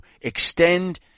extend